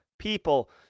people